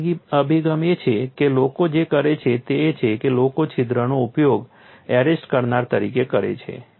બીજો અભિગમ એ છે કે લોકો જે કરે છે તે એ છે કે લોકો છિદ્રનો ઉપયોગ એરેસ્ટ કરનાર તરીકે કરે છે